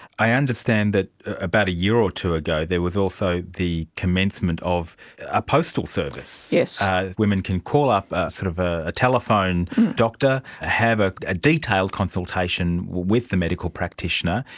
i understand that about a year or two ago there was also the commencement of a postal service. yeah women can call up ah sort of a a telephone doctor, have a a detailed consultation with the medical practitioner,